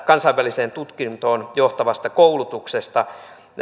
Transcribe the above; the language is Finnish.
kansainväliseen tutkintoon johtavasta koulutuksesta